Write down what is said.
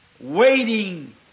waiting